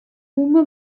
hume